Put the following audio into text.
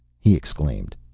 he exclaimed.